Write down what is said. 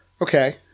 okay